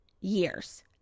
years